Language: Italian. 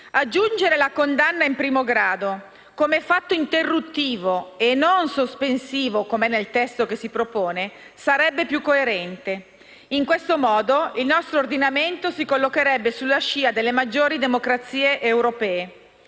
Aggiungere la condanna in primo grado come fatto interruttivo (e non sospensivo, come proposto nel testo) sarebbe più coerente, in quanto il nostro ordinamento si collocherebbe così sulla scia delle maggiori democrazie europee.